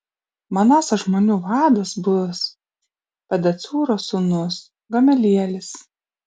manaso žmonių vadas bus pedacūro sūnus gamelielis